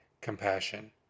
compassion